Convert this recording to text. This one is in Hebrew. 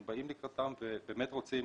אנחנו באים לקראתם ובאמת רוצים